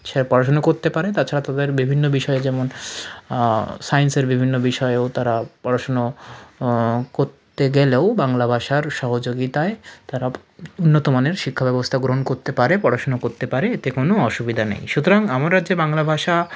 সে পড়াশুনো করতে পারে তাছাড়া তাদের বিভিন্ন বিষয়ে যেমন সাইন্সের বিভিন্ন বিষয়ও তারা পড়াশুনো করতে গেলেও বাংলা ভাষার সহযোগিতায় তারা উন্নত মানের শিক্ষাব্যবস্থা গ্রহণ করতে পারে পড়াশুনো করতে পারে এতে কোনো অসুবিধা নেই সুতরাং আমরা যে বাংলা ভাষা